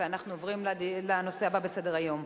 אנחנו עוברים לנושא הבא בסדר-היום: